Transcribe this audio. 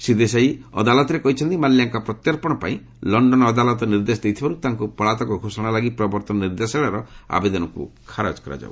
ଶ୍ରୀ ଦେଶାଇ ଅଦାଲତରେ କହିଛନ୍ତି ମାଲ୍ୟାଙ୍କ ପ୍ରତ୍ୟର୍ପଣ ପାଇଁ ଲଣ୍ଡନ ଅଦାଲତ ନିର୍ଦ୍ଦେଶ ଦେଇଥିବାରୁ ତାଙ୍କୁ ପଳାତକ ଘୋଷଣା ଲାଗି ପ୍ରବର୍ଭନ ନିର୍ଦ୍ଦେଶାଳୟର ଆବେଦନକୁ ଖାରଜ କରାଯାଉ